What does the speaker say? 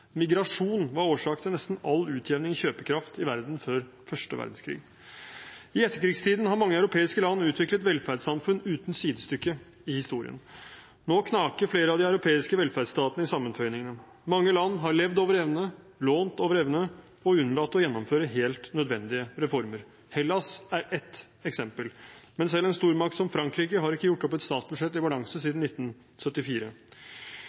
Migrasjon var årsak til nesten all utjevning i kjøpekraft i verden før første verdenskrig. I etterkrigstiden har mange europeiske land utviklet velferdssamfunn uten sidestykke i historien. Nå knaker flere av de europeiske velferdsstatene i sammenføyningene. Mange land har levd over evne, lånt over evne og unnlatt å gjennomføre helt nødvendige reformer. Hellas er ett eksempel. Men selv en stormakt som Frankrike har ikke gjort opp et statsbudsjett i balanse siden 1974.